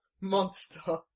monster